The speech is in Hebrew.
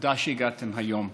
תודה שהגעתם היום.